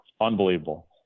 unbelievable